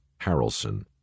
Harrelson